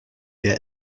wer